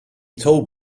told